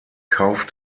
kauf